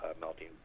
Melting